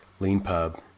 LeanPub